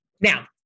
Now